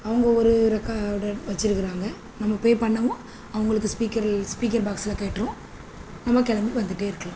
அவங்க ஒரு ஒரு கார்டை வச்சுருக்குறாங்க நம்ம பே பண்ணவும் அவங்களுக்கு ஸ்பீக்கர் ஸ்பீக்கர் பாக்ஸில் கேட்டுரும் நம்ம கிளம்பி வந்துகிட்டே இருக்கலாம்